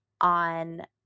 on